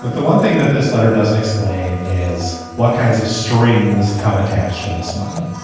look, the one thing that this letter doesn't explain is what kinds of strings kind of attached to this money.